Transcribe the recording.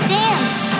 dance